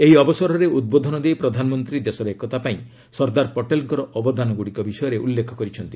ଏହି ଅବସରରେ ଉଦ୍ବୋଧନ ଦେଇ ପ୍ରଧାନମନ୍ତ୍ରୀ ଦେଶର ଏକତା ପାଇଁ ସର୍ଦ୍ଦାର ପଟେଲଙ୍କର ଅବଦାନଗୁଡ଼ିକ ବିଷୟରେ ଉଲ୍ଲେଖ କରିଛନ୍ତି